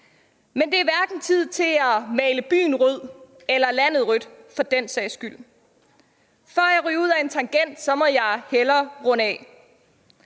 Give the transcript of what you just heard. Men det er hverken tid til at male byen rød eller landet rødt for den sags skyld. Før jeg ryger ud af en tangent, må jeg hellere runde af.